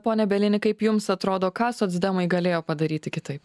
pone bielini kaip jums atrodo ką socdemai galėjo padaryti kitaip